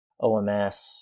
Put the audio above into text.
OMS